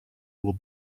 will